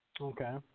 Okay